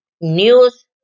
News